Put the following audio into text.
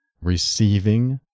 receiving